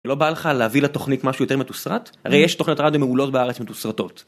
לא בא לך להביא לתוכנית משהו יותר מתוסרט? הרי יש תוכנת רדיו מעולות בארץ מתוסרטות